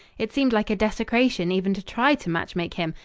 it seemed like a desecration even to try to match-make him,